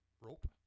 Rope